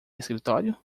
escritório